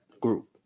group